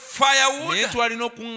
firewood